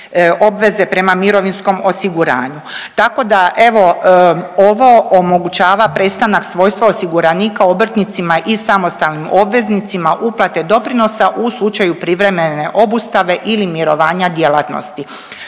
prema mirovinskom osiguranju. Tako da evo ovo omogućava prestanak svojstva osiguranika obrtnicima i samostalnim obveznicima uplate doprinosa u slučaju privremene obustave ili mirovanja djelatnosti.